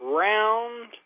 round